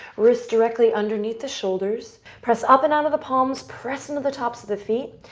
wrists directly and beneath the shoulders. press up and out of the palms. press into the tops of the feet.